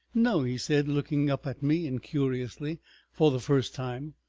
no, he said, looking up at me incuriously for the first time.